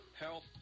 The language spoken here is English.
health